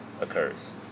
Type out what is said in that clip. occurs